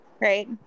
right